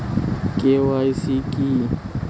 KYC কি?